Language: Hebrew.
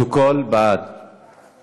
(בדיקות משנה ותשלום אגרה בעדן בתקופת המעבר),